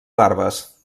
larves